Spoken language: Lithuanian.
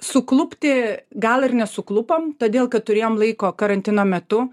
suklupti gal ir nesuklupom todėl kad turėjom laiko karantino metu